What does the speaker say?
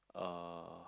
uh